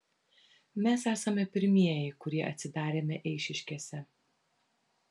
mes esame pirmieji kurie atsidarėme eišiškėse